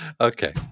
okay